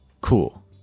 cool